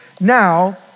Now